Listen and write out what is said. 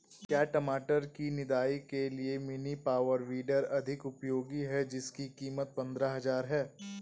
क्या टमाटर की निदाई के लिए मिनी पावर वीडर अधिक उपयोगी है जिसकी कीमत पंद्रह हजार है?